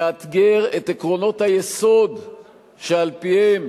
מאתגר את עקרונות היסוד שעל-פיהם